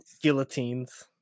guillotines